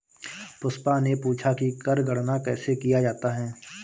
पुष्पा ने पूछा कि कर गणना कैसे किया जाता है?